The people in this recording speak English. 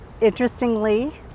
interestingly